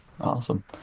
Awesome